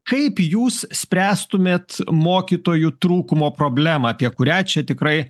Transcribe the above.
kaip jūs spręstumėt mokytojų trūkumo problemą apie kurią čia tikrai